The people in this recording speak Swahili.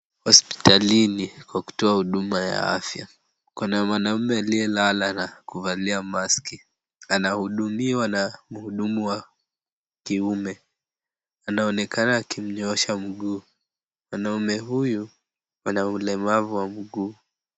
Hospitalini kwa kutoa huduma ya afya. Kuna mwanaume aliyelala na kuvalia mask . Anahudumiwa na mhudumu wa kiume. Anaonekana akimnyoosha mguu. Mwanaume huyu ana ulemavu wa mguu.